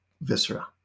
viscera